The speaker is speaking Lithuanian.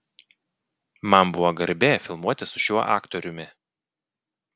man buvo garbė filmuotis su šiuo aktoriumi